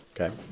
Okay